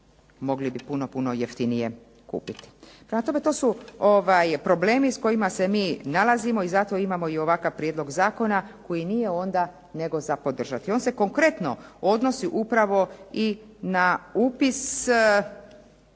mogli bi puno, puno jeftinije kupiti. Prema tome, to su problemi s kojima se mi nalazimo i zato imamo i ovakav prijedlog zakona koji nije onda nego za podržati. On se konkretno odnosi upravo i na upis